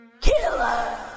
Killer